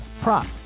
prop